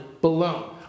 blown